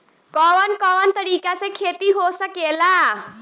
कवन कवन तरीका से खेती हो सकेला